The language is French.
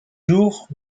jours